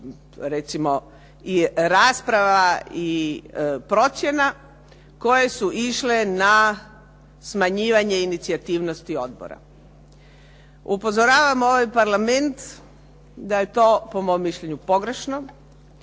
recimo i rasprava i procjena koje su išle na smanjivanje inicijativnosti odbora. Upozoravam ovaj Parlament da je to po mom mišljenju pogrešno,